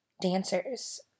dancers